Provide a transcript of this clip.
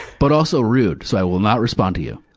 but also rude, so i will not respond to you.